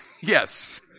Yes